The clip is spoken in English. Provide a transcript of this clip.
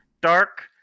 Dark